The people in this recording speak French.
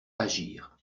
agir